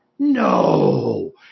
No